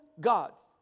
gods